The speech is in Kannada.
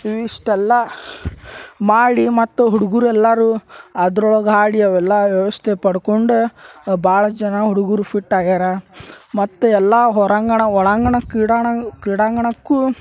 ಇವಿಷ್ಟಲ್ಲ ಮಾಡಿ ಮತ್ತು ಹುಡ್ಗುರೆಲ್ಲಾರು ಅದ್ರೊಳಗ ಹಾಡಿ ಅವೆಲ್ಲ ವ್ಯವಸ್ಥೆ ಪಡ್ಕೊಂಡು ಭಾಳಷ್ಟು ಜನ ಹುಡುಗರು ಫಿಟ್ ಆಗ್ಯಾರ ಮತ್ತು ಎಲ್ಲಾ ಹೊರಾಂಗಣ ಒಳಾಂಗಣ ಕ್ರೀಡಾಂಗಣ ಕ್ರೀಡಾಂಗಣಕ್ಕೂ